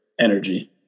energy